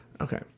Okay